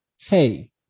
Hey